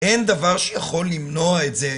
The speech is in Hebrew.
אין דבר שיכול למנוע את זה,